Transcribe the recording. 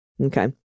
Okay